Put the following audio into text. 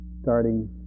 starting